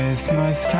Christmas